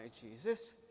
Jesus